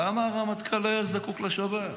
למה הרמטכ"ל היה זקוק לשב"כ?